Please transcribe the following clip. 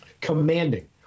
commanding